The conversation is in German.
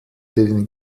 denen